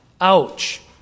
Ouch